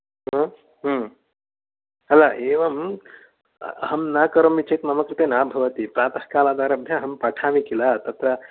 हा एवं अहं न करोमि चेत् मम कृते न भवति प्रातःकालादारभ्य अहं पठामि किल तत्र